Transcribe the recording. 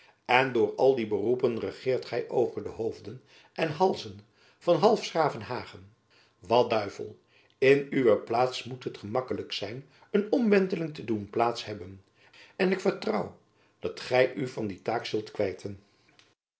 en door al die beroepen regeert gy over de hoofden en halzen van half s gravenhage wat duivel in uwe plaats moet het gemakkelijk zijn een omwenteling te doen plaats hebben en ik vertrouw dat gy u van die taak zult kwijten